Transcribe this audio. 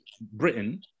Britain